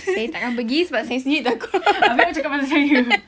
saya tak akan pergi sebab saya sendiri takut